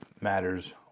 matters